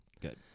Good